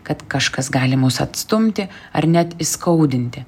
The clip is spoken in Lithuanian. kad kažkas gali mus atstumti ar net įskaudinti